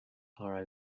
are